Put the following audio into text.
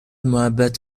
محبت